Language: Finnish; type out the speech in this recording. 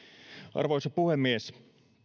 arvoisa puhemies